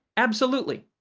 absolutely!